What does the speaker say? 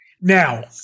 Now